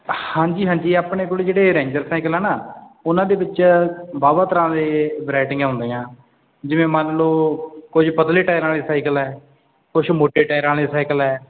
ਹਾਂਜੀ ਹਾਂਜੀ ਆਪਣੇ ਕੋਲ ਜਿਹੜੇ ਰੈਂਜਰ ਸਾਇਕਲ ਆ ਨਾ ਉਹਨਾਂ ਦੇ ਵਿੱਚ ਵਾਹ ਵਾਹ ਤਰ੍ਹਾਂ ਦੇ ਵਰਾਇਟੀਆਂ ਹੁੰਦੀਆਂ ਜਿਵੇਂ ਮੰਨ ਲਓ ਕੁਝ ਪਤਲੇ ਟਾਇਰਾਂ ਵਾਲੇ ਸਾਈਕਲ ਕੁਛ ਮੋਟੇ ਟਾਇਰਾਂ ਵਾਲੇ ਸਾਈਕਲ ਹੈ